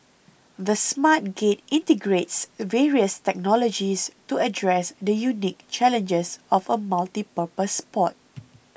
the Smart Gate integrates various technologies to address the unique challenges of a multipurpose port